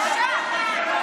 בושה.